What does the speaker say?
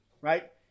right